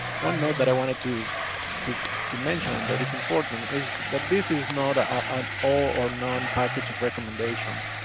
one note that i wanted to to mention and that it's important is that this is not ah an all or none package of recommendations.